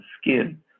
skin